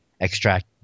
extract –